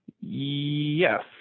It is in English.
yes